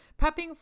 prepping